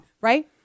right